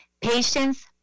Patience